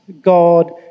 God